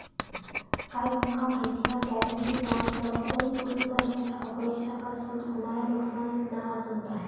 काय तुमका माहिती हा? गॅरेंटी बाँड जबाबदारी पुरी करण्याच्या अपयशापासून होणाऱ्या नुकसानीतना वाचवता